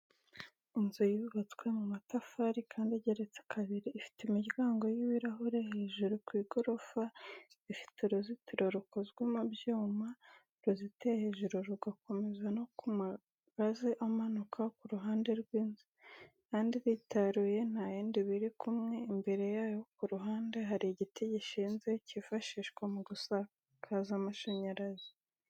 Inzu yubatswe mu matafari kandi igeretse kabiri. Ifite imiryango y'ibirahure hejuru ku gorofa ifite uruzitiro rukozwe mu byuma ruzitiye hejuru rugakomeza no ku magazi amanuka ku ruhande rw'inzu. Kandi iritaruye ntayindi biri kumwe, Imbere yayo ku ruhande hari igiti gishinze cyifashishwa mu gusakaza amashyanyarazi.